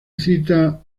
cita